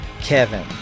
Kevin